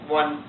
one